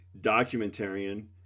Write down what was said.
documentarian